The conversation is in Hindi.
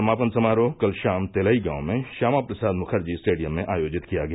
समापन समारोह कल शाम तेलईगांव में श्यामा प्रसाद मुखर्जी स्टेडियम में आयोजित किया गया